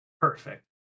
perfect